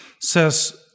says